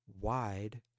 wide